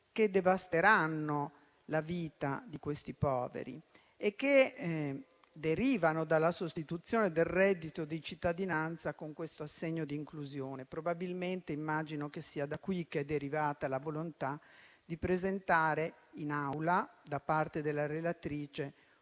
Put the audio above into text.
che devasteranno la vita di questi poveri e che derivano dalla sostituzione del reddito di cittadinanza con questo assegno di inclusione. Probabilmente - immagino - è da qui che è derivata la volontà di presentare in Aula, da parte della relatrice,